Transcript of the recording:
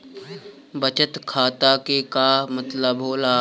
बचत खाता के का मतलब होला?